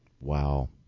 Wow